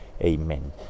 Amen